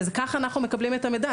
וכך אנחנו מקבלים את המידע,